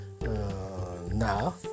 now